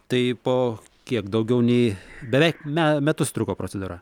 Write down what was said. tai po kiek daugiau nei beveik me metus truko procedūra